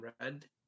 Red